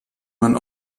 man